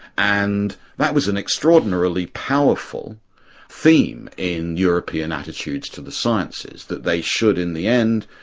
and that was an extraordinarily powerful theme in european attitudes to the sciences, that they should in the end,